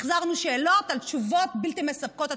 החזרנו שאלות על תשובות בלתי מספקות עד